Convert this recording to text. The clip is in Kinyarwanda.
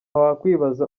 wakwibaza